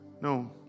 No